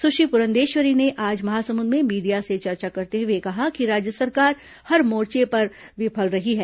सुश्री पुरंदेश्वरी ने आज महासमुंद में मीडिया से चर्चा करते हुए कहा कि राज्य सरकार हर मोर्च पर विफल रही है